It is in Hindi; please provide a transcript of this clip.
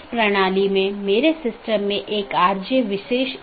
जबकि जो स्थानीय ट्रैफिक नहीं है पारगमन ट्रैफिक है